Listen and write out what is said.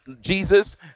Jesus